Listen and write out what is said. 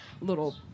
little